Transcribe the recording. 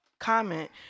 Comment